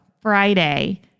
Friday